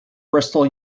bristol